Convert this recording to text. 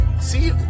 See